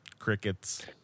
Crickets